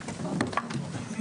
הישיבה ננעלה בשעה 15:55.